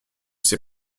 ces